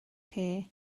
ceir